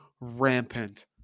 rampant